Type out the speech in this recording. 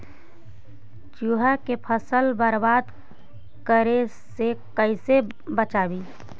चुहा के फसल बर्बाद करे से कैसे बचाबी?